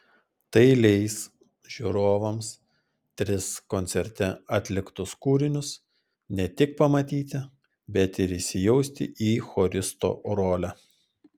tai leis žiūrovams tris koncerte atliktus kūrinius ne tik pamatyti bet ir įsijausti į choristo rolę